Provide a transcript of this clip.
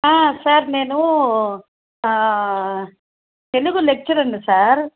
sir నేనూ తెలుగు లెక్చరర్ని sir